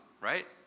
right